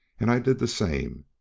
and i did the same.